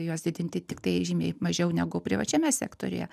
juos didinti tiktai žymiai mažiau negu privačiame sektoriuje